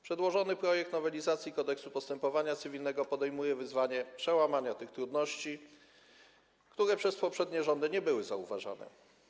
Przedłożony projekt nowelizacji Kodeksu postępowania cywilnego podejmuje wyzwanie przełamania tych trudności, które przez poprzednie rządy nie były zauważane.